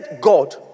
God